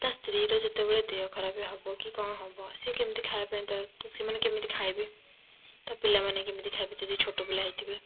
ତା ସ୍ତ୍ରୀର ଯେତେବେଳେ ଦେହ ଖରାପ ହେବ କି କଣ ହେବ ସିଏ କେମିତି ଖାଇବା ପାଇଁ ସେମାନେ କେମିତି ଖାଇବେ ତା ପିଲାମାନେ କେମିତି ଖାଇବେ ଯଦି ଛୋଟ ପିଲା ହୋଇଥିବେ